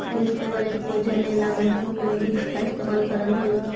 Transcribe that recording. देश के बजट को जने ला मैक्रोइकॉनॉमिक्स का इस्तेमाल करल हई